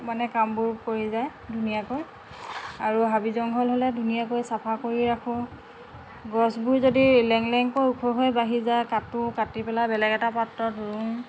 মানে কামবোৰ কৰি যায় ধুনীয়াকৈ আৰু হাবি জংঘল হ'লে ধুনীয়াকৈ চাফা কৰি ৰাখোঁ গছবোৰ যদি লেংলেংকৈ ওখ হৈ বাঢ়ি যায় কাটোঁ কাটি পেলাই বেলেগ এটা পাত্ৰত ৰুওঁ